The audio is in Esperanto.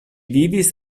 vivis